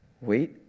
Wait